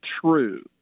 true